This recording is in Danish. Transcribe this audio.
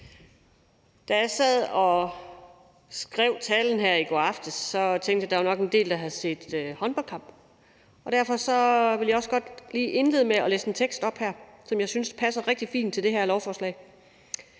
Da jeg sad og skrev talen her i går aftes, tænkte jeg, at der nok var en del, der havde set håndboldkamp, og derfor vil jeg så også godt lige indlede med at læse en tekst op her, som jeg synes passer rigtig fint til det her lovforslag: